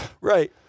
right